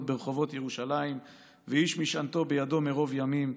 ברחבות ירושלם ואיש משענתו בידו מרב ימים.